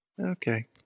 Okay